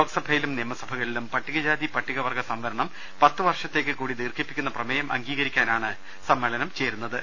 ലോക്സ ഭയിലും നിയമസഭകളിലും പട്ടികജാതി പട്ടികവർഗ്ഗ സംവരണം പത്തു വർഷ ത്തേക്ക് കൂടി ദീർഘിപ്പിക്കുന്ന പ്രമേയം അംഗീകരിക്കാനാണ് സമ്മേളനം ചേരുന്ന ത്